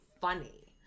funny